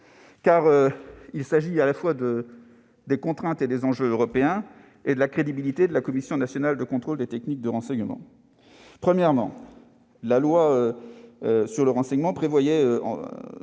car il s'agit à la fois de contraintes et d'enjeux européens et de la crédibilité de la Commission nationale de contrôle des techniques de renseignement. Premièrement, la loi sur le renseignement prévoyait,